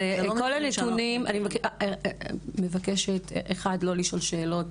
אני מבקשת לא לשאול שאלות.